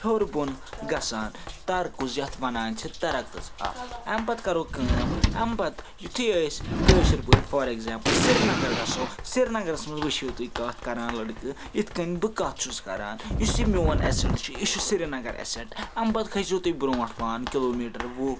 ہیٛور بۄن گژھان یَتھ وَنان چھِ اَمہِ پَتہٕ کَرو کٲم اَمہِ پَتہٕ یُتھُے أسۍ کٲشِرۍ پٲٹھۍ فار ایٚگزامپٕل سرینَگر گژھو سرینَگرَس منٛز وُچھِو تُہۍ کَتھ کَران لٔڑکہٕ یِتھ کٔنۍ بہٕ کَتھ چھُس کَران یُس یہِ میٛون ایٚسیٚنٛٹ چھُ یہِ چھُ سرینَگر ایٚسیٚنٛٹ اَمہِ پَتہٕ کھٔسِو تُہۍ برٛونٛٹھ پہن کِلوٗ میٖٹَر وُہ